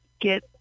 get